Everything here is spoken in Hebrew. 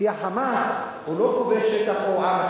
כי ה"חמאס" לא כובש עם אחר,